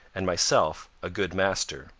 and myself a good master